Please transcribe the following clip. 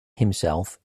himself